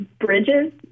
bridges